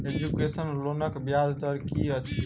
Education लोनक ब्याज दर की अछि?